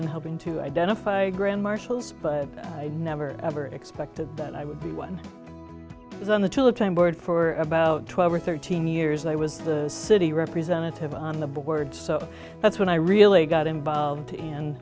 in helping to identify grand marshals but i'd never ever expected that i would be one was on the board for about twelve or thirteen years i was the city representative on the board so that's when i really got involved